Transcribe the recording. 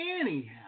Anyhow